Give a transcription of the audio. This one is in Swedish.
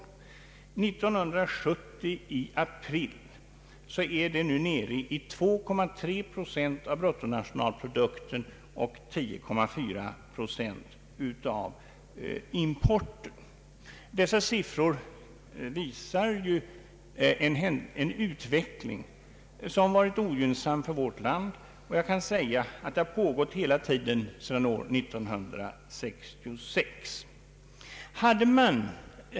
I april år 1970 var motsvarande siffror 2,3 procent av bruttonationalprodukten och 10,4 procent av importen. Dessa siffror visar en utveckling som har varit ogynnsam för vårt land, och jag kan säga att den har pågått hela tiden sedan år 1966.